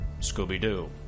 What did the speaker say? Scooby-Doo